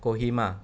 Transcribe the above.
Kohima